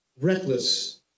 reckless